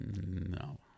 No